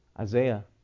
Isaiah